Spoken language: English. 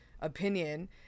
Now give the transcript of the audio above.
opinion